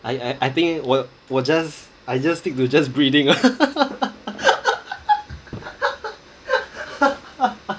I I think 我我 just I just stick to just breathing